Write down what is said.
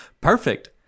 perfect